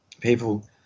people